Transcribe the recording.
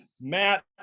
Matt